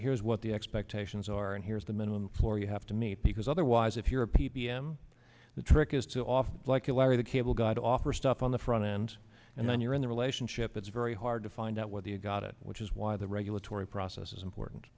here's what the expectations are and here's the minimum for you have to meet because otherwise if you're a p p m the trick is to offer like you larry the cable guide offer stuff on the front end and then you're in the relationship it's very hard to find out whether you got it which is why the regulatory process is important